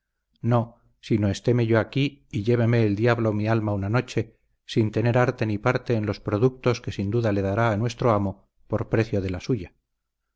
no sino estéme yo aquí y lléveme el diablo mi alma una noche sin tener arte ni parte en los productos que sin duda le dará a nuestro amo por precio de la suya